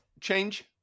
change